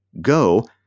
Go